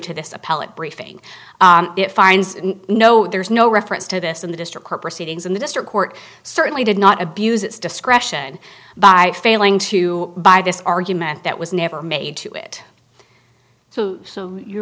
to this appellate briefing it finds no there's no reference to this in the district court proceedings in the district court certainly did not abuse its discretion by failing to buy this argument that was never made to it so your